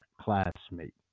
classmate